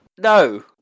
No